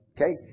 Okay